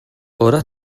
ora